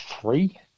three